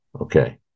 okay